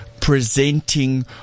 presenting